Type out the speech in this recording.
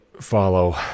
follow